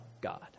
God